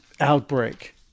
outbreak